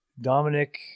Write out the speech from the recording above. Dominic